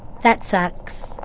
that sucks.